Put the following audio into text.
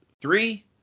three